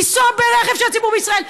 לנסוע ברכב של הציבור בישראל,